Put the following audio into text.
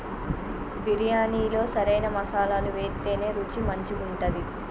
బిర్యాణిలో సరైన మసాలాలు వేత్తేనే రుచి మంచిగుంటది